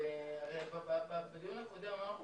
הרי בדיון הקודם אמרנו